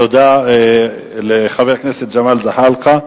תודה לחבר הכנסת ג'מאל זחאלקה.